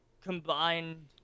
combined